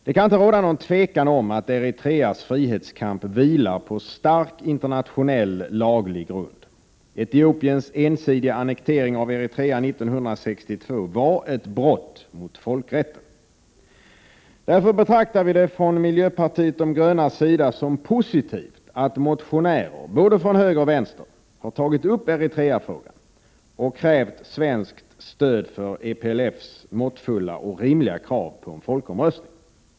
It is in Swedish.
Det kan inte råda något tvivel om att Eritreas frihetskamp vilar på stark internationell laglig grund. Etiopiens ensidiga annektering av Eritrea 1962 var ett brott mot folkrätten. Därför betraktar vi från miljöpartiet de gröna det som positivt att motionärer både från höger och från vänster tagit upp Eritreafrågan och krävt svenskt stöd för EPLF:s måttfulla och rimliga krav på en folkomröstning.